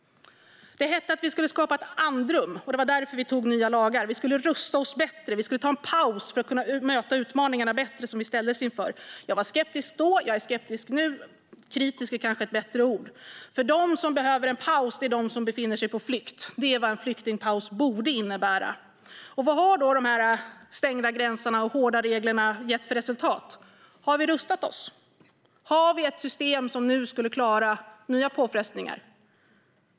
Det hette att vi skulle skapa ett andrum, och det var därför vi antog nya lagar. Vi skulle rusta oss bättre. Vi skulle ta en paus för att bättre kunna möta de utmaningar som vi ställdes inför. Jag var skeptisk då. Jag är skeptisk nu - kritisk är kanske ett bättre ord. De som behöver en paus är nämligen de som befinner sig på flykt. Det är vad en flyktingpaus borde innebära. Vad har då de stängda gränserna och hårda reglerna gett för resultat? Har vi rustat oss? Har vi ett system som nu skulle klara nya påfrestningar?